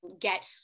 get